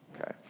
okay